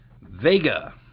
Vega